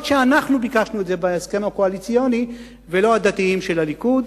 אף-על-פי שאנחנו ביקשנו את זה בהסכם הקואליציוני ולא הדתיים של הליכוד,